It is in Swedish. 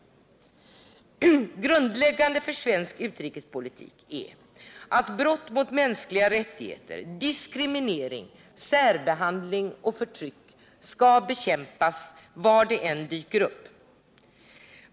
Grundläggande svensk utrikespolitik är att brott mot de mänskliga rättigheterna, diskriminering, särbehandling och förtryck skall bekämpas, var de än dyker upp.